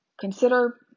consider